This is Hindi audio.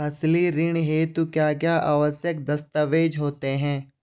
फसली ऋण हेतु क्या क्या आवश्यक दस्तावेज़ होते हैं?